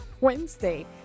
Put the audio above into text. Wednesday